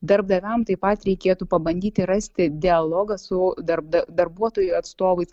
darbdaviam taip pat reikėtų pabandyti rasti dialogą su darbda darbuotojų atstovais